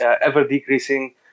ever-decreasing